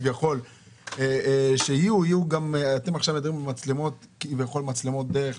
אתם עכשיו מדברים על מצלמות דרך,